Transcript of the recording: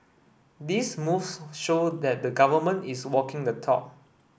these moves show that the Government is walking the talk